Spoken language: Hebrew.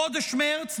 בחודש מרץ,